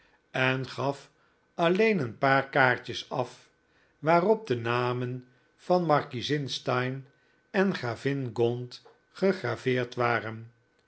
en gaf alleen een paar kaartjes af waarop de namen van markiezin steyne en gravin gaunt gegraveerd waren